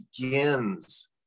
begins